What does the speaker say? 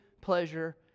pleasure